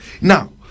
Now